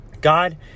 God